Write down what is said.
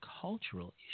cultural